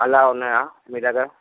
అలా ఉన్నాయా మీ దగ్గర